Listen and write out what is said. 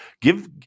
give